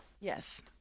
Yes